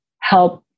help